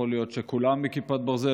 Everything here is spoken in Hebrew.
יכול להיות שכולם מכיפת ברזל,